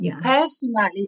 personally